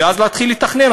ואז להתחיל לתכנן,